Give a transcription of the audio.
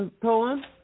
poem